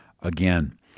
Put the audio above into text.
again